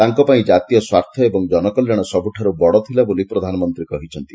ତାଙ୍କପାଇଁ ଜାତୀୟ ସ୍ୱାର୍ଥ ଏବଂ ଜନକଲ୍ୟାଣ ସବୁଠାରୁ ବଡ଼ ଥିଲା ବୋଲି ପ୍ରଧାନମନ୍ତୀ କହିଛନ୍ତି